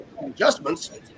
adjustments